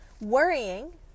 worrying